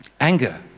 Anger